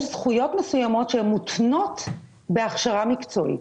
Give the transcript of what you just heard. זכויות מסוימות שמותנות בהכשרה מקצועית.